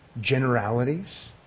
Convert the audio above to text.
generalities